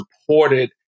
supported